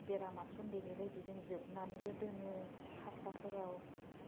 बेरामा सनदेरिबायदि जोबनानैबो दोनो खासाफोराव